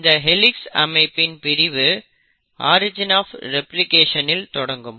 இந்த ஹெளிக்ஸ் அமைப்பின் பிரிவு ஆரிஜின் ஆப் ரெப்ளிகேஷன் இல் தொடங்கும்